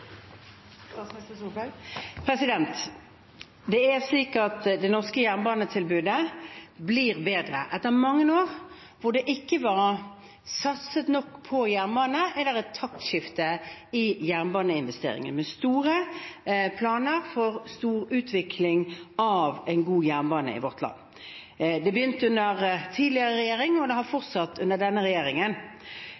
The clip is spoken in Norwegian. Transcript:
Det er slik at det norske jernbanetilbudet blir bedre. Etter mange år hvor det ikke ble satset nok på jernbane, er det et taktskifte i jernbaneinvesteringene, med store planer for utvikling av en god jernbane i vårt land. Det begynte under den tidligere regjeringen, og det har